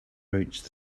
reached